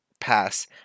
Pass